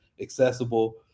accessible